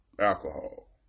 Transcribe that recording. alcohol